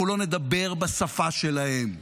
אנחנו לא נדבר בשפה שלהם.